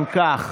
אם כך,